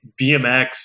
BMX